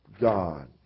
God